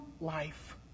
life